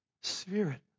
Spirit